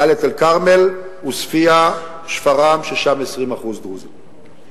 דאלית-אל-כרמל, עוספיא, שפרעם, ששם 20% דרוזים.